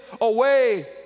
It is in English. away